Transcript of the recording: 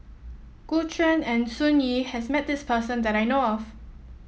Gu Juan and Sun Yee has met this person that I know of